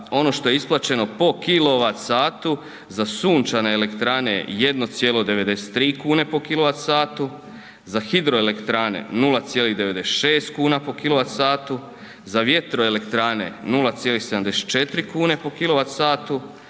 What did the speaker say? ono što je isplaćeno po kW za sunčane elektrane 1,93kn po kW, za hidroelektrane 0,96kn po kW, za vjetroelektrane 0,74kn po kW,